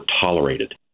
tolerated